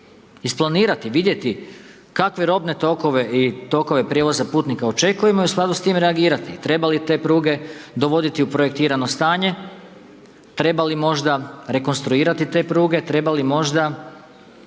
isplanirati, vidjeti kakve robne tokove i tokove prijevoza putnika očekujemo i u skladu s tim reagirati, treba li te pruge dovoditi u projektirano stanje, treba li možda rekonstruirati te pruge, treba li možda